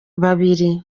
babiri